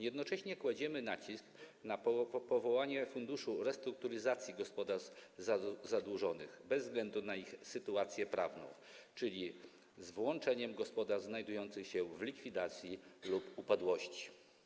Jednocześnie kładziemy nacisk na powołanie funduszu restrukturyzacji gospodarstw zadłużonych, bez względu na ich sytuację prawną, czyli z włączeniem gospodarstw znajdujących się w likwidacji lub upadłości.